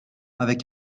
avec